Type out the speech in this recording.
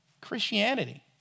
Christianity